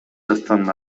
дастан